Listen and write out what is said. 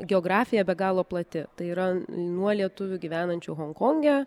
geografija be galo plati tai yra nuo lietuvių gyvenančių honkonge